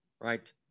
right